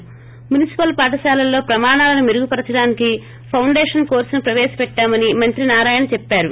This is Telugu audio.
ి స్ట్రి మునిసిపల్ పాఠశాలల్లో ప్రమాణాలను మెరుగుపరచడానికి ఫెండేషన్ కోర్సును ప్రవేశపెట్టామని మంత్రి నారాయణ చెప్పారు